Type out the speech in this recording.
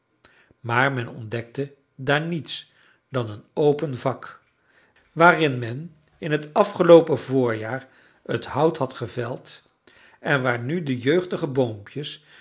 maar men ontdekte daar niets dan een open vak waarin men in het afgeloopen voorjaar het hout had geveld en waar nu de jeugdige boompjes